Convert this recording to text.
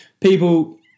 People